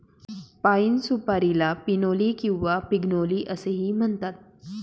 पाइन सुपारीला पिनोली किंवा पिग्नोली असेही म्हणतात